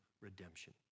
redemption